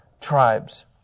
tribes